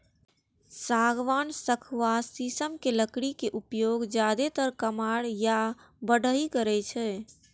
सागवान, सखुआ, शीशम के लकड़ी के उपयोग जादेतर कमार या बढ़इ करै छै